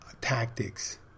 tactics